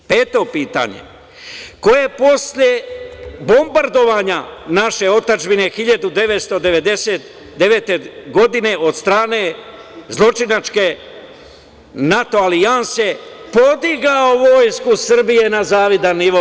Peto pitanje – ko je posle bombardovanja naše otadžbine 1999. godine od strane zločinačke NATO alijanse podigao Vojsku Srbije na zavidan nivo?